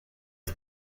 que